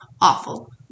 Awful